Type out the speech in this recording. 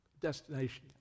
destination